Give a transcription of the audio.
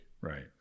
Right